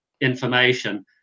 information